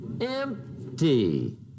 empty